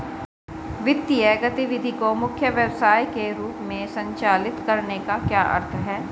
वित्तीय गतिविधि को मुख्य व्यवसाय के रूप में संचालित करने का क्या अर्थ है?